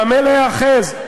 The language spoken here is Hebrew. במה להיאחז,